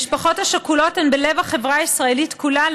המשפחות השכולות הן בלב החברה הישראלית כולה,